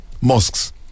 mosques